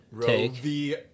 Take